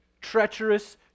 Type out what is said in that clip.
treacherous